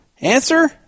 Answer